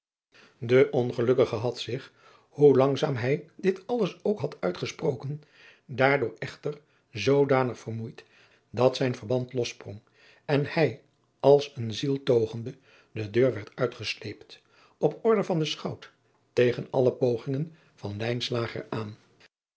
e ongelukkige had zich hoe langzaam hij dit alles ook had uitgesproken daardoor echter zoodanig vermoeid dat zijn verband lossprong en hij als een zieltogende de deur werd uitgesleept op order van den chout tegen alle pogingen van aan